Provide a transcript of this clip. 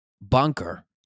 bunker